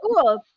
cool